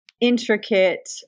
intricate